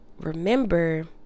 remember